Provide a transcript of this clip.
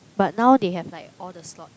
but now they have like all the slots